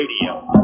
Radio